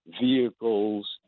vehicles